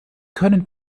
können